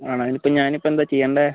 ആണോ അതിനിപ്പോൾ ഞാനിപ്പോഴെന്താ ചെയ്യണ്ടേ